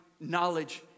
knowledge